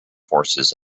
forces